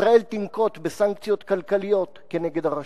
ישראל תנקוט סנקציות כלכליות כנגד הרשות.